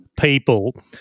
people